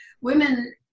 women